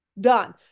Done